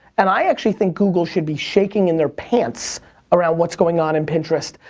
and i actually think google should be shaking in their pants around what's going on in pinterest.